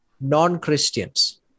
non-Christians